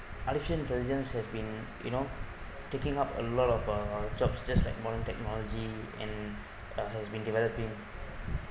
artificial intelligence has been you know taking up a lot of uh jobs just like modern technology and uh has been developed in